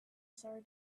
sorry